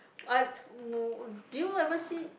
I w~ do you ever see